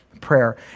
prayer